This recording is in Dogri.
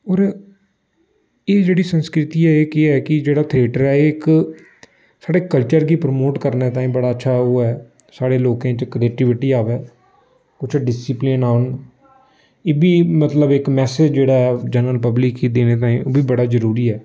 होर एह् जेह्ड़ी संस्कृति ऐ एह् केह् ऐ कि जेह्ड़ा थेटर ऐ इक साढ़े कल्चर गी प्रमोट करने ताईं बड़ा अच्छा ओह् ऐ साढ़े लोकें च क्रिटीविटी आवै कुछ डिसिप्लिन आन एह् बी मतलब इक मैसेज जेह्ड़ा ऐ जनरल पब्लिक गी देने ताईं उब्बी बड़ी जरूरी ऐ